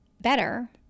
better